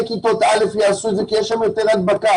כיתות א' ילמדו כי יש שם יותר הדבקה,